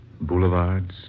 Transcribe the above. boulevards